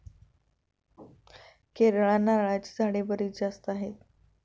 केरळला नारळाची झाडे बरीच जास्त आहेत